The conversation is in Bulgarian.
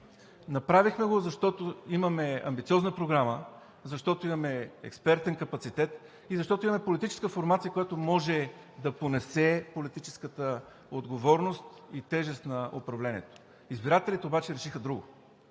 Направихме го, защото имаме амбициозна програма, защото имаме експертен капацитет и защото имаме политическа формация, която може да понесе политическата отговорност и тежест на управлението. Избирателите обаче решиха друго.